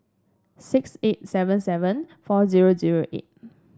six eight seven seven four zero zero eight